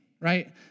right